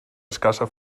escassa